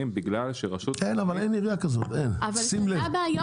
בגלל שרשות -- אין עירייה כזאת אין שים לב,